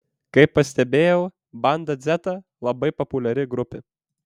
kaip pastebėjau banda dzeta labai populiari grupė